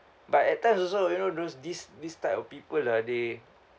but at times also you know those these these type of people ah they